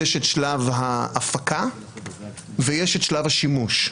יש את שלב ההפקה ויש את שלב השימוש.